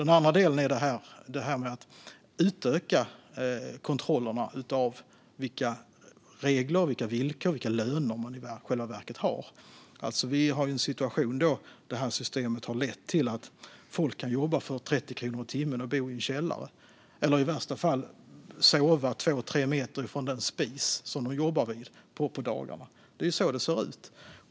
Den andra delen handlar om att utöka kontrollerna av vilka regler, villkor och löner man i själva verket har. Vi har en situation där detta system har lett till att folk kan jobba för 30 kronor i timmen och bo i en källare, eller i värsta fall sova två tre meter från den spis de jobbar vid på dagarna. Det är så det ser ut.